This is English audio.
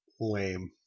lame